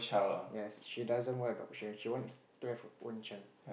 yes she doesn't want adoption she wants to have her own child